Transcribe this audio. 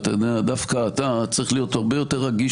דווקא אתה צריך להיות הרבה יותר רגיש,